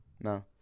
no